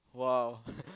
!wow!